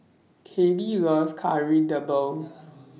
Kallie loves Kari Debal